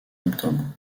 octobre